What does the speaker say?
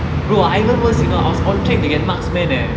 bro I even worse you know I was on track to get marksman eh